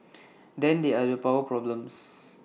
then there are the power problems